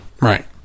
Right